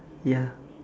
ya